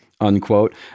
unquote